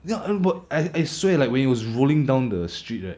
ya and but I I I swear like when it was rolling down the street right